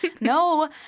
No